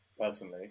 personally